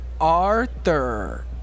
Arthur